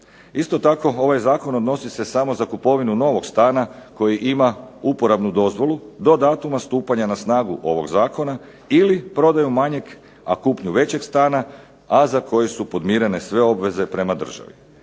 Isto tako ovaj zakon odnosi se samo za kupovinu novog stana koji ima uporabnu dozvolu do datuma stupanja na snagu ovog zakona ili prodajom manjeg, a kupnju većeg stana, a za koju su podmirene sve obveze prema državi.